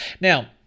Now